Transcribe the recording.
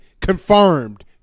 Confirmed